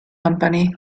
company